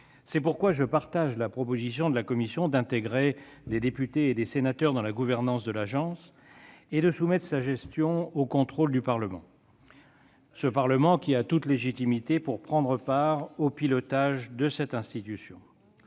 C'est pourquoi j'approuve la proposition de la commission d'associer des députés et des sénateurs à la gouvernance de l'Agence et de soumettre sa gestion au contrôle du Parlement, qui a toute légitimité pour prendre part au pilotage de cette institution.